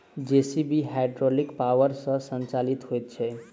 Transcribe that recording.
JCB hydraulic power सॅ संचालित होइत छै